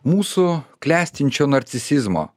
mūsų klestinčio narcisizmo